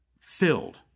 Filled